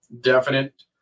definite